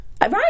Right